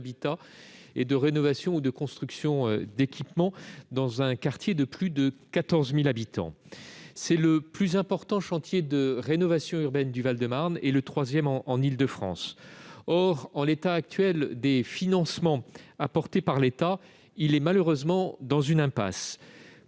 et de rénovation ou de construction d'équipements, dans un quartier de plus de 14 000 habitants. C'est le plus important chantier de rénovation urbaine du Val-de-Marne et le troisième d'Île-de-France. Or, en l'état actuel des financements apportés par l'État, ce projet se trouve malheureusement dans une impasse.